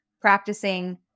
practicing